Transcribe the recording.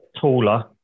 taller